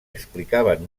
explicaven